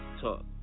talk